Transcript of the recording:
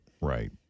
Right